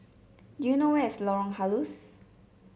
do you know where is Lorong Halus